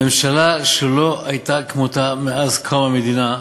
ממשלה שלא הייתה כמותה מאז קום המדינה.